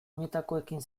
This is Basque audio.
oinetakoekin